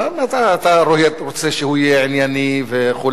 למה אתה רוצה שהוא יהיה ענייני וכו'?